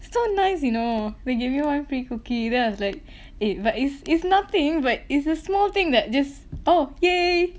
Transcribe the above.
so nice you know they gave you one free cookie then I was like !hey! but it's it's nothing but it's a small thing that just oh !yay!